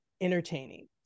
entertaining